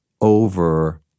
over